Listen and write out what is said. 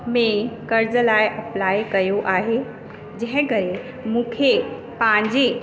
में कर्ज़ु लाइ अप्लाय कयो आहे जंहिं करे मूंखे पंहिंजे